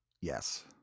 Yes